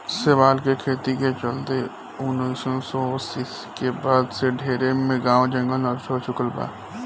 शैवाल के खेती के चलते उनऽइस सौ अस्सी के बाद से ढरे मैंग्रोव जंगल नष्ट हो चुकल बा